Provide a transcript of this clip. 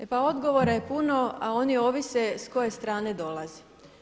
E pa odgovora je puno, a oni ovise s koje strane dolaze.